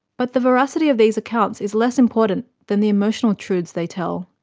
but the veracity of these accounts is less important than the emotional truths they tell.